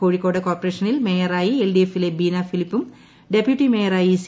കോഴിക്കോട് കോർപ്പറേഷനിൽ മേയറായി L D എഫിലെ ബീനാഫിലിപ്പും ഡെപ്യൂട്ടി മേയറായി സി